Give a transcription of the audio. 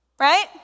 Right